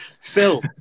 Phil